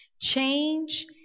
Change